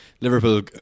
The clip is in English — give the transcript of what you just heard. Liverpool